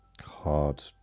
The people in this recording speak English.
hard